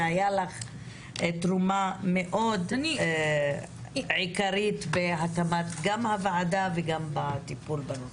היתה לך תרומה מאוד עיקרית בהקמת הוועדה ובטיפול בנושא.